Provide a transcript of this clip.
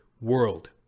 world